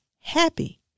happy